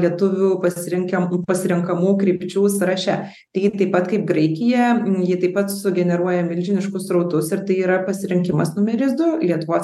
lietuvių pasirenk pasirenkamų krypčių sąraše ji taip pat kaip graikija ji taip pat sugeneruoja milžiniškus srautus ir tai yra pasirinkimas numeris du lietuvos